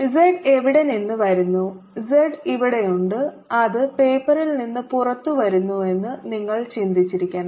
z എവിടെ നിന്ന് വരുന്നു z ഇവിടെയുണ്ട് അത് പേപ്പറിൽ നിന്ന് പുറത്തുവരുന്നുവെന്ന് നിങ്ങൾ ചിന്തിച്ചിരിക്കണം